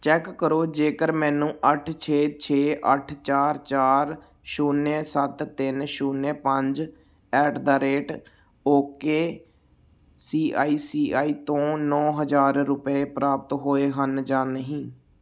check ਕਰੋ ਜੇਕਰ ਮੈਨੂੰ ਅੱਠ ਛੇ ਛੇ ਅੱਠ ਚਾਰ ਚਾਰ ਛੁਨਿਆ ਸੱਤ ਤਿੰਨ ਛੁਨਿਆ ਪੰਜ at the rate OK C I C I ਤੋਂ ਨੌਂ ਹਜ਼ਾਰ ਰੁਪਏ ਪ੍ਰਾਪਤ ਹੋਏ ਹਨ ਜਾਂ ਨਹੀਂ